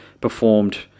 performed